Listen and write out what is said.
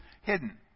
hidden